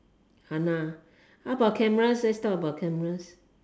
!hanna! how about cameras let's talk about cameras